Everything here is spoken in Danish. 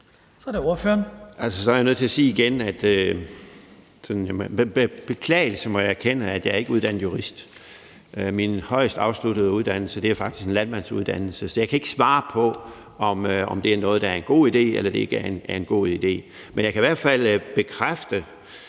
må erkende, at jeg ikke er uddannet jurist. Min højest afsluttede uddannelse er faktisk en landmandsuddannelse, så jeg kan ikke svare på, om det er noget, der er en god idé eller ikke er en god idé. Men jeg kan i hvert fald bekræfte